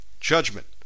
judgment